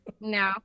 no